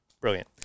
Brilliant